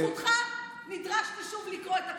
בזכותך נדרשתי שוב לקרוא את הכתובים.